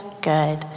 Good